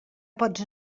pots